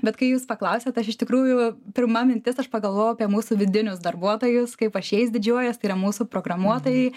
bet kai jūs paklausėt aš iš tikrųjų pirma mintis aš pagalvojau apie mūsų vidinius darbuotojus kaip aš jais didžiuojuos tai yra mūsų programuotojai